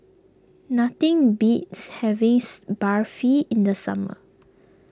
nothing beats having Barfi in the summer